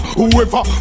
Whoever